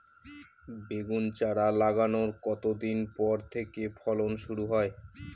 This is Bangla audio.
বেগুন চারা লাগানোর কতদিন পর থেকে ফলন শুরু হয়?